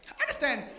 understand